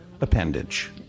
appendage